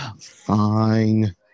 fine